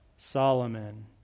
Solomon